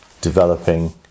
developing